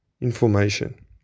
information